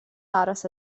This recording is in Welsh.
aros